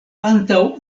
antaŭ